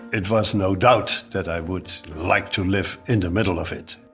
it was no doubt that i would like to live in the middle of it